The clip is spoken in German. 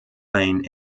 ein